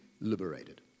liberated